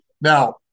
Now